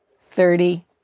Thirty